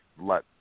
let